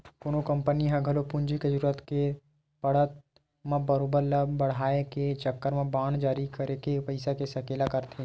कोनो कंपनी ह घलो पूंजी के जरुरत के पड़त म कारोबार ल बड़हाय के चक्कर म बांड जारी करके पइसा के सकेला करथे